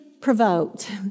provoked